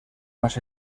más